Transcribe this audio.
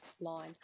line